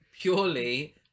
purely